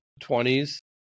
20s